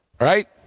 Right